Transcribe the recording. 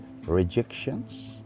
rejections